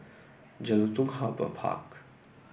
Jelutung Harbour Park